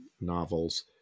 novels